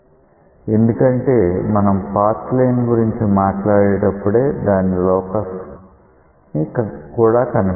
ఎందుకంటే మనం path line గురించి మాట్లాడేటప్పుడే దాని లోకస్ ని కూడా కనిపెడుతున్నాం